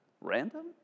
Random